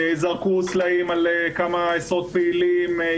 זרקו סלעים על כמה עשרות פעילים,